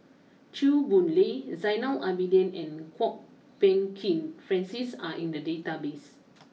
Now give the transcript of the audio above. Chew Boon Lay Zainal Abidin and Kwok Peng Kin Francis are in the database